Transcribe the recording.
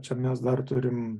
čia mes dar turim